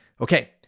Okay